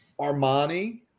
Armani